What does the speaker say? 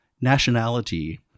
nationality